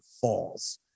falls